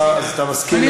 זה נושא חשוב מדי.